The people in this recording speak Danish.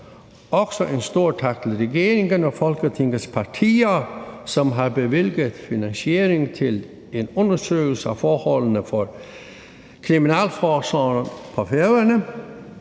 Også en stor tak til regeringen og folketingets partier, som har bevilget finansiering til en undersøgelse af forholdene for Kriminalforsorgen på Færøerne,